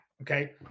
okay